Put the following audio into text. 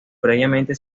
previamente